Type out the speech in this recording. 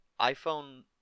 iPhone